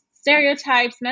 stereotypes